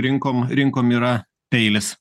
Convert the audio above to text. rinkom rinkom yra peilis